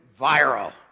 viral